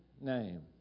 name